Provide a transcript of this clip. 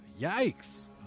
Yikes